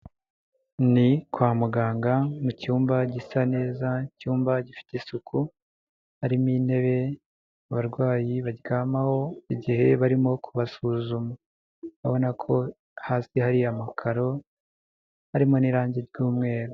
Ni kwa muganga mu cyumba gisa, neza icyumba gifite isuku harimo intebe abarwayi baryamaho igihe barimo kubasuzuma, urabona ko hasi hariamakaro harimo n'irangi ry'mweru.